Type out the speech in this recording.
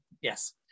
yes